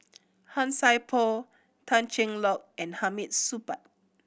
Han Sai Por Tan Cheng Lock and Hamid Supaat